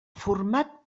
format